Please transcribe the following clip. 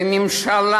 והממשלה,